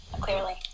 clearly